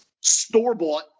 store-bought